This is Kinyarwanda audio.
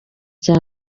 cya